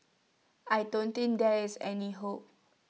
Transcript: I don't think there is any hope